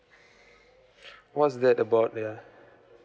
what's that about yeah